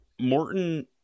Morton